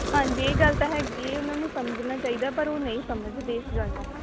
ਹਾਂਜੀ ਇਹ ਗੱਲ ਤਾਂ ਹੈਗੀ ਇਹ ਉਨ੍ਹਾਂ ਨੂੰ ਸਮਝਣਾ ਚਾਹੀਦਾ ਪਰ ਉਹ ਨਹੀਂ ਸਮਝਦੇ ਇਸ ਗੱਲ ਨੂੰ